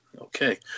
okay